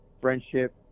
friendship